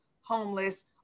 homeless